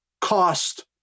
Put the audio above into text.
cost